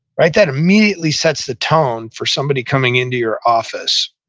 right? that immediately sets the tone for somebody coming into your office,